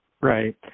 Right